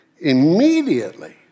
Immediately